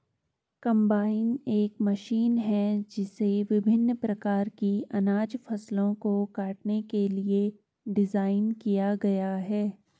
combine एक machine है जिसे विभिन्न प्रकार की अनाज फसलों को काटने के लिए डिज़ाइन किया गया है